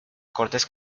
cortes